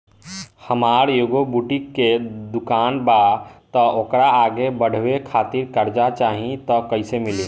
हमार एगो बुटीक के दुकानबा त ओकरा आगे बढ़वे खातिर कर्जा चाहि त कइसे मिली?